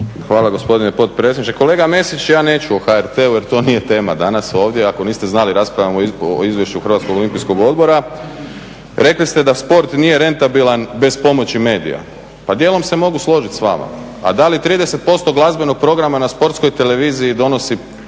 Hvala gospodine potpredsjedniče. Kolega Mesić, ja neću o HRT-u jer to nije tema danas ovdje. Ako niste znali raspravljamo o izvješću Hrvatskog olimpijskog odbora. Rekli ste da sport nije rentabilan bez pomoći medija. Pa djelom se mogu složiti s vama a da li 30% glazbenog programa na sportskoj televiziji donosi